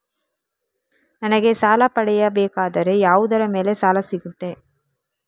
ನನಗೆ ಸಾಲ ಪಡೆಯಬೇಕಾದರೆ ಯಾವುದರ ಮೇಲೆ ಸಾಲ ಸಿಗುತ್ತೆ?